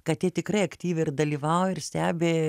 kad jie tikrai aktyviai ir dalyvauja ir stebi